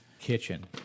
kitchen